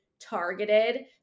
targeted